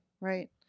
Right